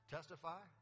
Testify